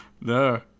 no